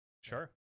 Sure